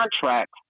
contracts